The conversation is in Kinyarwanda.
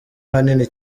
hanini